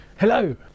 Hello